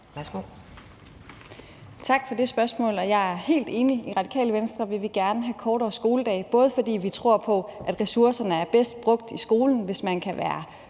Tak for det spørgsmål. Jeg er helt enig. I Radikale Venstre vil vi gerne have kortere skoledage, både fordi vi tror på, at ressourcerne er bedst brugt i skolen, hvis man kan være